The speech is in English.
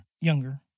Younger